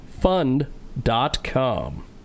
fund.com